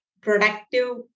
productive